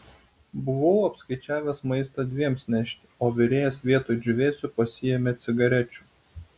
buvau apskaičiavęs maistą dviems nešti o virėjas vietoj džiūvėsių pasiėmė cigarečių